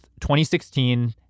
2016